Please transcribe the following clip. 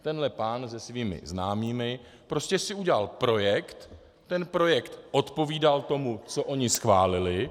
Tenhle pán se svými známými prostě si udělal projekt, ten projekt odpovídal tomu, co oni schválili.